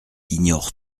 ignore